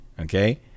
okay